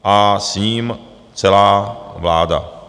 A s ním celá vláda.